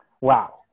Wow